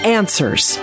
answers